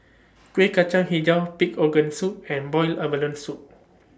Kueh Kacang Hijau Pig Organ Soup and boiled abalone Soup